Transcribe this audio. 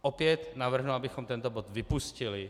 Opět navrhnu, abychom tento bod vypustili.